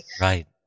right